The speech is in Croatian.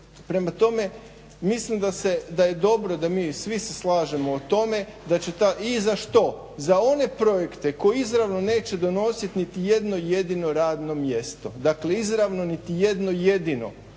Prema tome, mislim da se, da je dobro da mi, svi se slažemo o tome da će ta i za što? Za one projekte koji izravno neće donositi niti jedno jedino radno mjesto. Dakle, izravno niti jedno jedino.